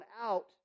out